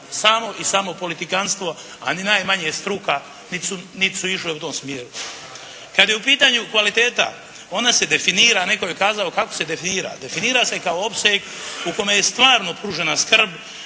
samo i samo politikantstvo a ni najmanje struka niti su išle u tom smjeru. Kad je u pitanju kvaliteta ona se definira, netko je kazao: «Kako se definira?» Definira se kao opseg u kome je stvarno pružena skrb